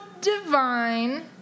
divine